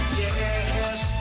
yes